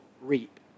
reap